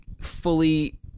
fully